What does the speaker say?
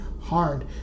hard